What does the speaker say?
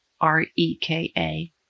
R-E-K-A